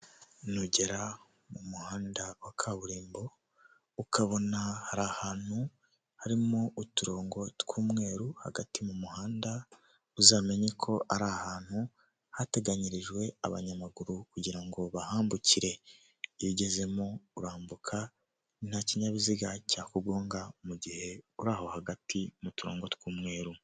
Ibicupa binini, amaji ndetse n'ibindi bicuruzwa bigezweho usanga bihenze cyane mu masoko acuruza ibiribwa mu mujyi wa Kigali abantu benshi babigana barinubira igiciro kiri hejuru.